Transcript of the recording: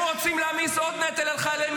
רוצים להעמיס עוד נטל על חיילי מילואים.